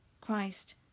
Christ